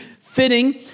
fitting